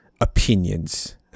opinions